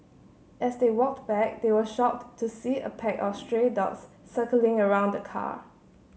as they walked back they were shocked to see a pack of stray dogs circling around the car